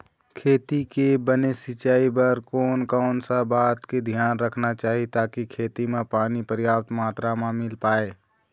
खेती के बने सिचाई बर कोन कौन सा बात के धियान रखना चाही ताकि खेती मा पानी पर्याप्त मात्रा मा मिल पाए?